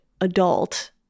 adult